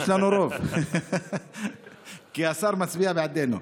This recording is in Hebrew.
יש לנו רוב, כי השר מצביע בעדנו.